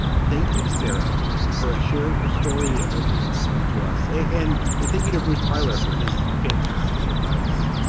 thank you to sarah for ah sharing her story and opening up her home to us in. and thank you to bruce feiler for his fantastic advice.